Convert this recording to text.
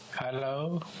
Hello